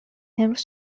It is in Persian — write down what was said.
امروز